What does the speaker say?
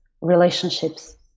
relationships